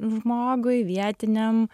žmogui vietiniam